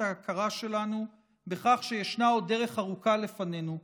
ההכרה שלנו בכך שישנה עוד דרך ארוכה לפנינו,